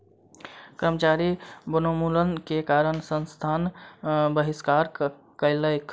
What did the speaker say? कर्मचारी वनोन्मूलन के कारण संस्थानक बहिष्कार कयलक